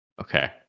Okay